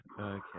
Okay